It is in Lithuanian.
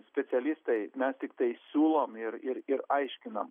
specialistai mes tiktai siūlom ir ir ir aiškinam